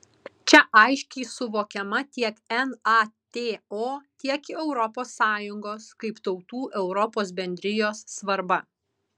čia aiškiai suvokiama tiek nato tiek europos sąjungos kaip tautų europos bendrijos svarba